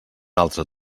altre